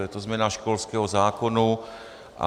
Je to změna školského zákona.